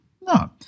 No